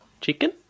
chicken